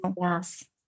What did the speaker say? yes